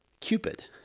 Cupid